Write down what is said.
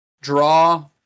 draw